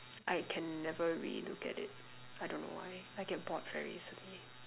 I can never relook at it I don't know why I get bored very easily